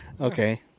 Okay